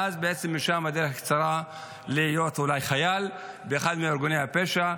ואז משם הדרך קצרה אולי להיות חייל באחד מארגוני הפשע.